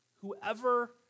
whoever